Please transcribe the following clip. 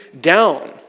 down